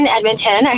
Edmonton